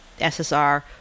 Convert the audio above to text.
SSR